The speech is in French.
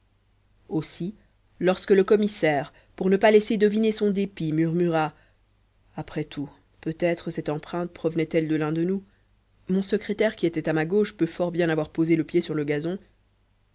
aussi lorsque le commissaire pour ne pas laisser deviner son dépit murmura après tout peut-être cette empreinte parvenait elle de l'un de nous mon secrétaire qui était à ma gauche peut fort bien avoir posé le pied sur le gazon